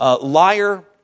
liar